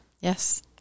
Yes